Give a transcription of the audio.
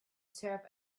serve